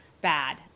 bad